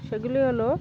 সেগুলি হলো